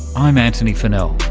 i'm antony funnell